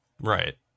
Right